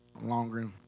longer